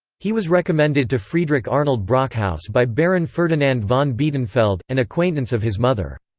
he was recommended to friedrich arnold brockhaus by baron ferdinand von biedenfeld, an acquaintance of his mother.